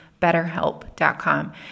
betterhelp.com